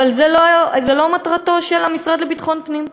אבל זו לא מטרתו של המשרד לביטחון פנים,